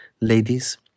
ladies